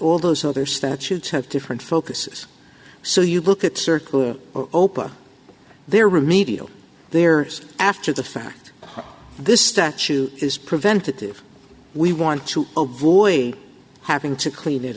all those other statutes have different focuses so you look at circular opa there remedial there after the fact this statute is preventative we want to avoid having to clean it